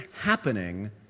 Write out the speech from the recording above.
happening